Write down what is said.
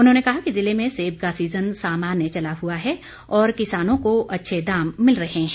उन्होंने कहा कि जिले में सेब का सीजन सामान्य चला हुआ है और किसानों को अच्छे दाम मिल रहे हैं